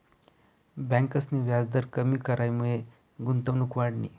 ब्यांकसनी व्याजदर कमी करामुये गुंतवणूक वाढनी